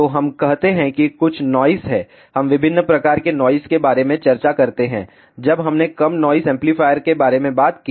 तो हम कहते हैं कि कुछ नॉइस है हम विभिन्न प्रकार के नॉइस के बारे में चर्चा करते हैं जब हमने कम नॉइस एम्पलीफायर के बारे में बात की